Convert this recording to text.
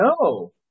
no